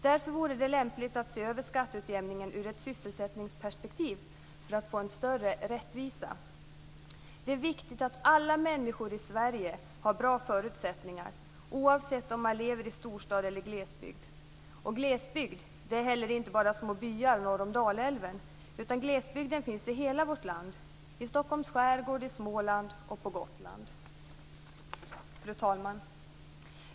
Därför vore det lämpligt att se över skatteutjämningen ur ett sysselsättningsperspektiv för att få en större rättvisa. Det är viktigt att alla människor i Sverige har bra förutsättningar, oavsett om de bor i storstad eller i glesbygd. Glesbygd är inte bara små byar norr om Dalälven. Glesbygden finns i hela vårt land, i Stockholms skärgård, i Småland och på Gotland. Fru talman!